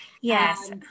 Yes